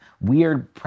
weird